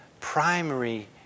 primary